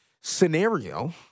scenario